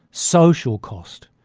social cost.